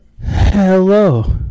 Hello